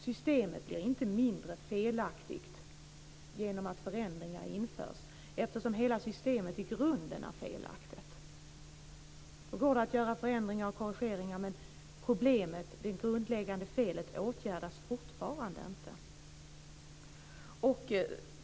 Systemet blir inte mindre felaktigt för att förändringar genomförs, eftersom hela systemet i grunden är felaktigt. Det går att göra förändringar och korrigeringar, men det grundläggande felet åtgärdas fortfarande inte.